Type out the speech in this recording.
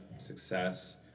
success